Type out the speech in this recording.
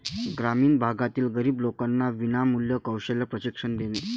ग्रामीण भागातील गरीब लोकांना विनामूल्य कौशल्य प्रशिक्षण देणे